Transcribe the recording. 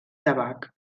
tabac